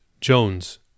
Jones